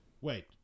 Wait